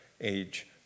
age